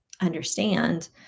understand